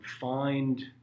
find